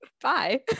Bye